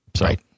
Right